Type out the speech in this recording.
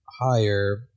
higher